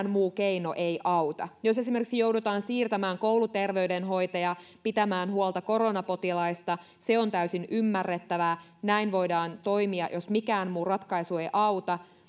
mikään muu keino ei auta jos esimerkiksi joudutaan siirtämään kouluterveydenhoitaja pitämään huolta koronapotilaista se on täysin ymmärrettävää ja näin voidaan toimia jos mikään muu ratkaisu ei auta